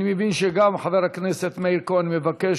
אני מבין שגם חבר הכנסת מאיר כהן מבקש,